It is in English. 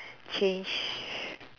change